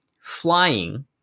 flying